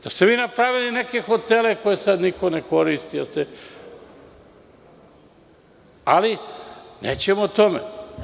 To ste vi napravili neke hotele, koje sada niko ne koristi, ali nećemo o tome.